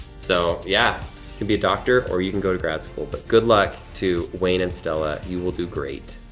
so, yeah you could be a doctor or you could go to grad school. but good luck to wayne and stella, you will do great